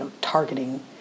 targeting